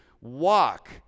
walk